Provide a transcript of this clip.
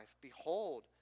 Behold